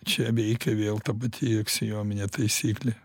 čia veikia vėl ta pati aksiominė taisyklė